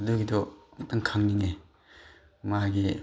ꯑꯗꯨꯒꯤꯗꯣ ꯑꯃꯨꯛꯇꯪ ꯈꯪꯅꯤꯡꯉꯦ ꯃꯥꯒꯤ